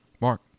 Mark